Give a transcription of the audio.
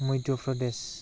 Madhya' Pradesh